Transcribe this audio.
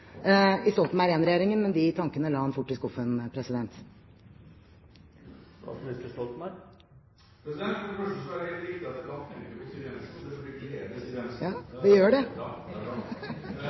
i Stoltenberg I-regjeringen, men de tankene la han fort i skuffen. For det første er det helt riktig at jeg iblant tenker på Siv Jensen, og det burde glede Siv Jensen. Ja, det gjør det.